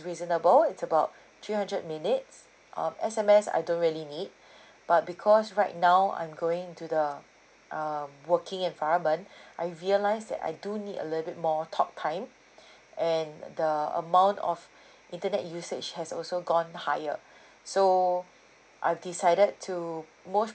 reasonable it's about three hundred minutes uh S_M_S I don't really need but because right now I'm going into the um working environment I realized that I do need a little bit more talk time and the amount of internet usage has also gone higher so I've decided to most